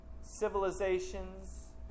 civilizations